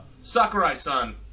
Sakurai-san